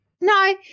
No